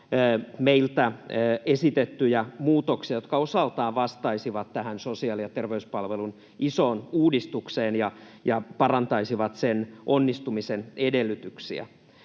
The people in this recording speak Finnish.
meiltä esitettyjä muutoksia, jotka osaltaan vastaisivat tähän sosiaali‑ ja terveyspalvelujen isoon uudistukseen ja parantaisivat sen onnistumisen edellytyksiä.